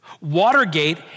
Watergate